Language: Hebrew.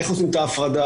איך עושים את ההפרדה,